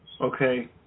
Okay